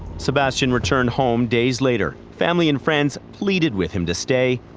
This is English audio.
sebastian returned home days later. family and friends pleaded with him to stay,